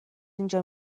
اینجا